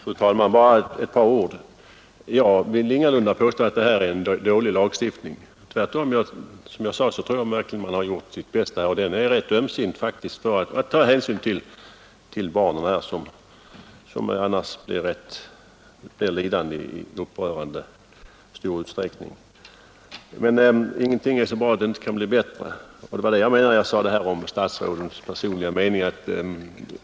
Fru talman! Bara ett par ord. Jag vill ingalunda påstå att denna lagstiftning är dålig. Tvärtom. Jag tror, som jag sade, att lagstiftarna här verkligen har gjort sitt bästa av en svår uppgift. Lagen är faktiskt ganska ömsint när det gäller att ta hänsyn till barnet självt, som annars lätt blir lidande i upprörande stor utsträckning. Men ingenting är så bra att det inte kan bli bättre. Det var också det jag menade med vad jag sade om statsrådens personliga uppfattning.